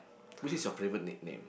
which is your favorite nickname